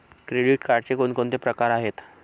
Credit कार्डचे कोणकोणते प्रकार आहेत?